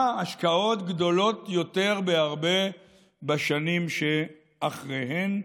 השקעות גדולות יותר בהרבה בשנים שאחריהן,